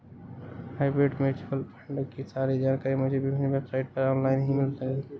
hybrid mutual fund की सारी जानकारी मुझे विभिन्न वेबसाइट पर ऑनलाइन ही मिल गयी